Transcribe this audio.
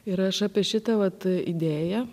ir aš apie šitą vat idėją